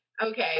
okay